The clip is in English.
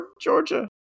Georgia